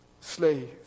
slave